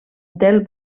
del